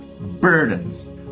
burdens